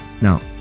now